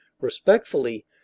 respectfully